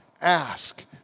ask